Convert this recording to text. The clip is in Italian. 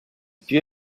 più